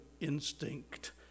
instinct